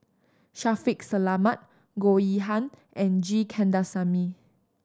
Shaffiq Selamat Goh Yihan and G Kandasamy